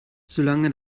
solange